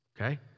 Okay